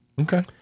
Okay